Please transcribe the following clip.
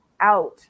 out